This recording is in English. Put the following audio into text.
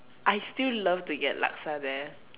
I still love to get Laksa there